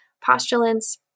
postulants